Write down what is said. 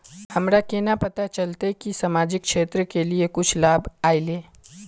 हमरा केना पता चलते की सामाजिक क्षेत्र के लिए कुछ लाभ आयले?